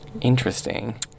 Interesting